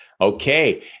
Okay